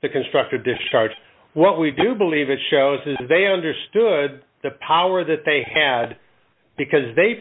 to construct a discharge what we do believe it shows is they understood the power that they had because they